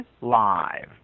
live